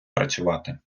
працювати